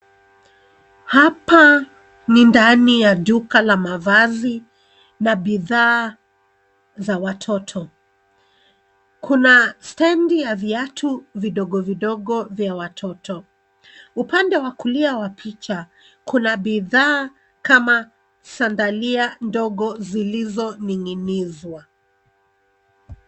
Hapa ni ndani ya duka la mavazi na bidhaa za watoto. Kuna stendi ya viatu vidogo vidogo vya watoto. Upande wa kulia wa picha kuna bidhaa kama sandalia ndogo zilizoning'inizwa.